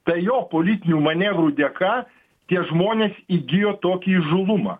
tai jo politinių manevrų dėka tie žmonės įgijo tokį įžūlumą